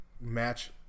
match